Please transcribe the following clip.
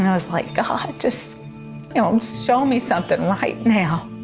and i was, like, god, just show me something right now.